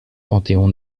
panthéon